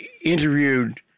interviewed